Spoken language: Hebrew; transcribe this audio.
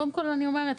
קודם כל אני אומרת,